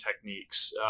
techniques